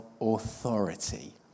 authority